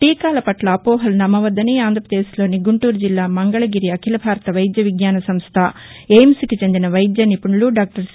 టీకాల పట్ల అపోహలు నమ్మవద్దని ఆంధ్రాప్రదేశ్లోని గుంటూరు జిల్లా మంగళగిరి అఖిల భారత వైద్య విజ్ఞాన సంస్థ ఎయిమ్స్కు చెందిన వైద్య నిపుణులు డాక్టర్ సి